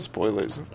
Spoilers